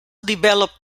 develop